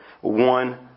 one